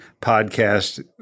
podcast